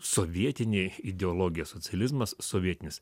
sovietinė ideologija socializmas sovietinis